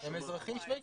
הם אזרחים שווי זכויות.